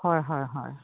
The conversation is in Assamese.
হয় হয় হয়